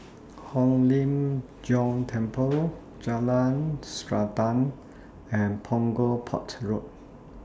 Hong Lim Jiong Temple Jalan Srantan and Punggol Port Road